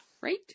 Right